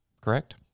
Correct